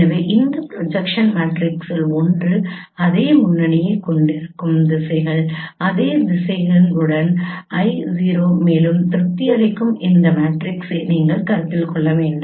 எனவே இந்த ப்ரொஜெக்ஷன் மேட்ரிக்ஸில் ஒன்று அதே முன்னணியைக் கொண்டிருக்கும் திசைகள் அதே திசைகள் உடன் I|௦ மேலும் திருப்தி அளிக்கும் அந்த மேட்ரிக்ஸை நீங்கள் கருத்தில் கொள்ள வேண்டும்